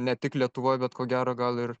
ne tik lietuvoj bet ko gero gal ir